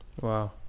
Wow